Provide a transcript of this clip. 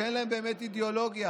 שאין להם באמת אידיאולוגיה,